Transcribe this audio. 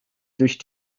durch